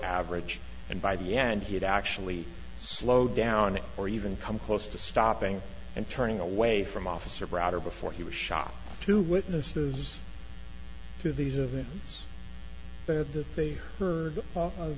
average and by the end he had actually slowed down or even come close to stopping and turning away from officer rather before he was shot two witnesses to these events that that they heard